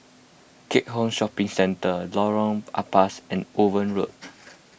Keat Hong Shopping Centre Lorong Ampas and Owen Road